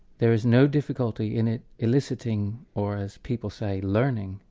there is no difficulty in it eliciting, or as people say, learning,